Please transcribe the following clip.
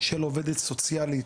של עובדת סוציאלית,